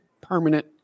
permanent